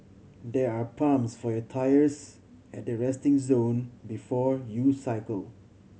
there are pumps for your tyres at the resting zone before you cycle